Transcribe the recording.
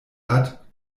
hat